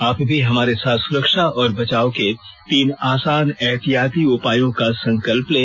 आप भी हमारे साथ सुरक्षा और बचाव के तीन आसान एहतियाती उपायों का संकल्प लें